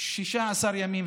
16 ימים,